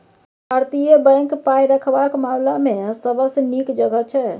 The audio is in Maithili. भारतीय बैंक पाय रखबाक मामला मे सबसँ नीक जगह छै